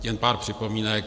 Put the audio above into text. Jen pár připomínek.